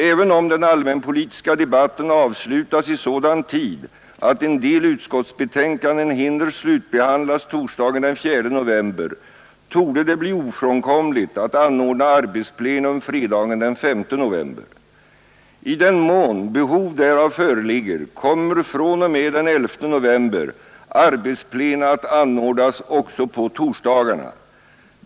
Även om den allmänpolitiska debatten avslutas i sådan tid, att en del utskottsbetänkanden hinner slutbehandlas torsdagen den 4 november, torde det bli ofrånkomligt att anordna arbetsplenum fredagen den 5 november. I den mån behov därav föreligger kommer från och med den 11 november arbetsplena att anordnas också på torsdagarna.